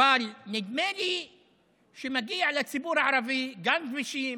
אבל נדמה לי שמגיע לציבור הערבי גם כבישים,